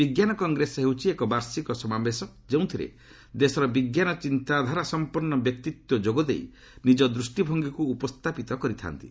ବିଜ୍ଞାନ କଂଗ୍ରେସ ହେଉଛି ଏକ ବାର୍ଷିକ ସମାବେଶ ଯେଉଁଥିରେ ଦେଶର ବିଜ୍ଞାନ ଚିନ୍ତାଧାରାସମ୍ପନ୍ତ ବ୍ୟକ୍ତିତ୍ୱ ଯୋଗଦେଇ ନିଜ ଦୃଷ୍ଟିଭଙ୍ଗୀକ୍ ଉପସ୍ଥାପିତ କରିଥା'ନ୍ତି